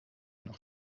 nach